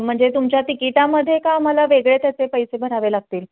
म्हणजे तुमच्या तिकिटामधे का मला वेगळे त्याचे पैसे भरावे लागतील